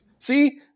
See